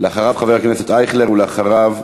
אחריו, חבר הכנסת אייכלר, ואחריו,